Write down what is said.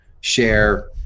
share